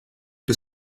bis